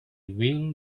will